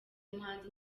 muhanzi